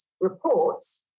reports